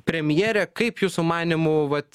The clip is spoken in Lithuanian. premjerė kaip jūsų manymu vat